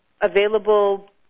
available